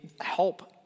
help